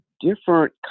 different